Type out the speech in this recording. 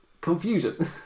Confusion